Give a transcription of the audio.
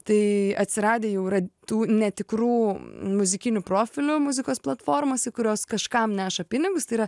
tai atsiradę jau yra tų netikrų muzikinių profilių muzikos platformose kurios kažkam neša pinigus tai yra